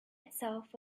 itself